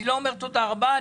אני לא אומר תודה רבה.